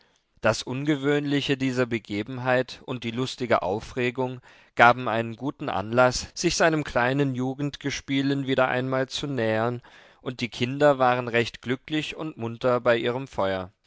das ungewöhnliche dieser begebenheit und die lustige aufregung gaben einen guten anlaß sich seinem kleinen jugendgespielen wieder einmal zu nähern und die kinder waren recht glücklich und munter bei ihrem feuer